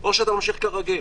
או שאתה ממשיך כרגיל.